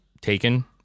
taken